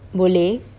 boleh